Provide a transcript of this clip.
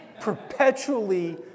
perpetually